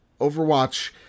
Overwatch